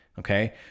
Okay